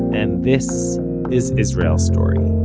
and this is israel story.